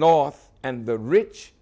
north and the rich